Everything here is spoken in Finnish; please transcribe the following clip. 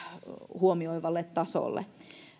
huomioivalle tasolle